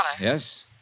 Yes